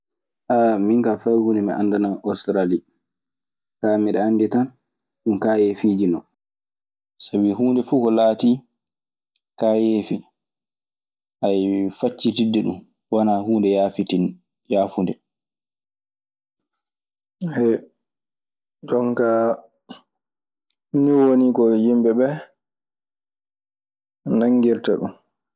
min kaa fayhuunde mi anndanaa Ostarali, kaa miɗe anndi tan ɗun. Sabi huunde fuu ko laatii kaayeefi, faccititde ɗun wanaa huunde yaafunde. Jon kaa, ɗii woni ko yimɓe ɓee nanngirta ɗun.